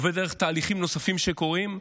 עובר דרך תהליכים נוספים שקורים,